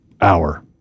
hour